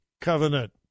covenant